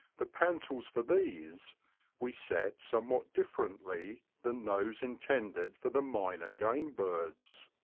the panties for these we set some what differently than those intended for the minor game birds.